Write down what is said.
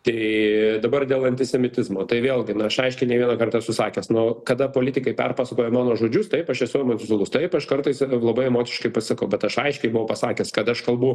tai dabar dėl antisemitizmo tai vėlgi na aš aiškiai ne vienąkart esu sakęs nu kada politikai perpasakoja mano žodžius taip aš esu emocionalus taip aš kartais labai emociškai pasakau bet aš aiškiai buvo pasakęs kad aš kalbu